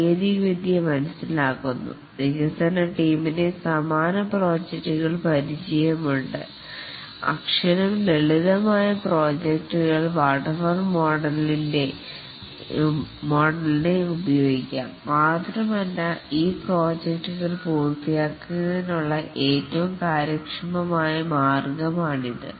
സാങ്കേതികവിദ്യ മനസ്സിലാക്കുന്നു വികസന ടീമിനെ സമാന പ്രോജക്ടുകളിൽ പരിചയമുണ്ട് ഉണ്ട് അത്തരം ലളിതമായ പ്രോജക്ടുകൾക്ക് വാട്ടർഫാൾ മോഡലിനെ ഉപയോഗിക്കാം മാത്രമല്ല ഈ പ്രോജക്റ്റുകൾ പൂർത്തിയാക്കുന്നതിനുള്ള ഏറ്റവും കാര്യക്ഷമമായ മാർഗ്ഗമാണിത്